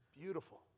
beautiful